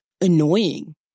annoying